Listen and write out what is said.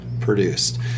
produced